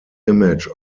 image